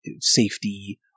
safety